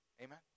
Amen